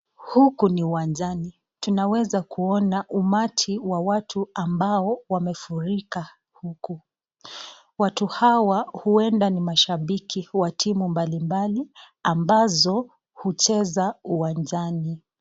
Huku ni uwanjani tunaweza kuona umati wa watu ambao wamefurika huku. Watu hawa huenda ni mashabiki wa timu mablimbali ambazo hucheza uwanjani.